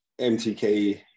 MTK